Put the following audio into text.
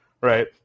right